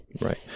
Right